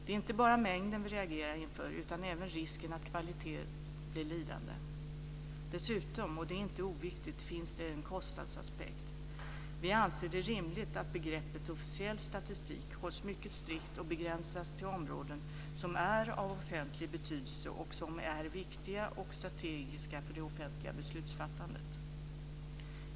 Det är inte bara mängden vi reagerar inför utan även risken att kvaliteten blir lidande. Dessutom, och det är inte oviktigt, finns det en kostnadsaspekt. Vi anser det rimligt att begreppet officiell statistik hålls mycket strikt och begränsas till områden som är av offentlig betydelse och som är viktiga och strategiska för det offentliga beslutsfattandet.